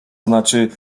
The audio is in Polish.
znaczy